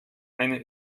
eine